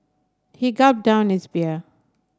he gulped down his beer